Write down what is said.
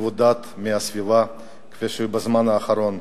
מבודד מהסביבה כפי שהיא בזמן האחרון.